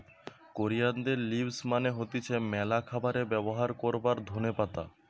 কোরিয়ানদের লিভস মানে হতিছে ম্যালা খাবারে ব্যবহার করবার ধোনে পাতা